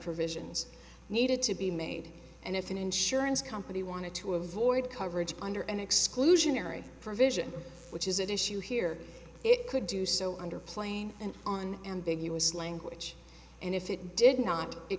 provisions needed to be made and if an insurance company wanted to avoid coverage under an exclusionary provision which is an issue here it could do so under plain and on ambiguous language and if it did not it